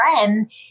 friend